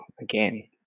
again